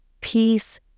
peace